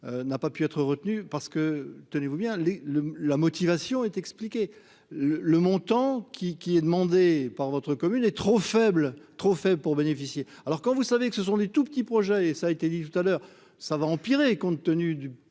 n'a pas pu être retenue parce que, tenez-vous bien les le, la motivation est expliqué le le montant qui qui est demandé par votre commune est trop faible, trop fait pour bénéficier alors quand vous savez que ce sont les tout petits projets et ça a été dit tout à l'heure, ça va empirer compte tenu du